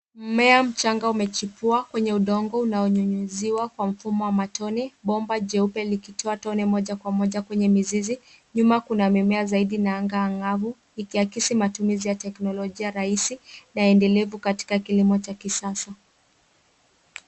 Mmea mchango umechipua kwenye udongo unaonyunyuziwa kwa mfumo wa matone. Bomba jeupe likitoa tone moja kwa moja kwenye mizizi. Nyuma kuna mimea zaidi naagavu ikiakisi matumizi ya teknolojia rahisi na endelevu katika kilimo cha kisasa.